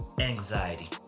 anxiety